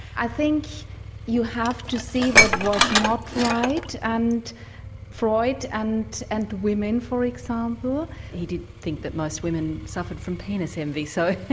i think you have to see what was not right, and freud and and women for example. he did think that most women suffered from penis envy, so